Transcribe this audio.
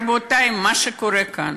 רבותי, מה שקורה כאן